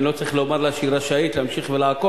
אני לא צריך לומר לה שהיא רשאית להמשיך ולעקוב.